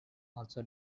also